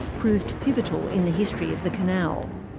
proved pivotal in the history of the canal.